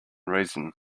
reason